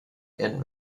and